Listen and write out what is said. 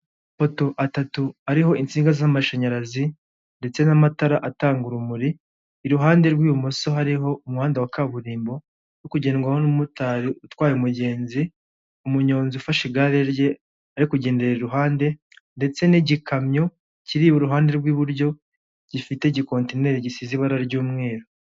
Abagore n'abagabo bavanze bicaye mu ihema risa umweru, bicaye ku ntebe zifite ibitambaro by'umweru, imbere yabo ku meza igitambaro gifite amabara atatu : ariryo ry'ubururu, umuhondo, icyatsi, hejuru ku meza hariho icupa ry'amazi, hariho n'indangururamajwi irambitse.